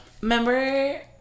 remember